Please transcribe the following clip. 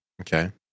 Okay